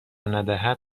ندهد